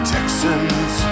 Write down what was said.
Texans